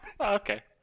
Okay